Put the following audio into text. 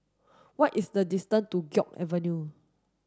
what is the distance to Guok Avenue